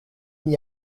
n’y